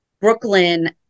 Brooklyn